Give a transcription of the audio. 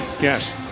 Yes